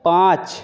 পাঁচ